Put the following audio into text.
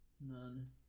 None